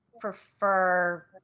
prefer